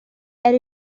era